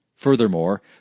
Furthermore